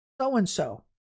So-and-so